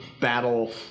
battle